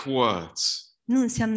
words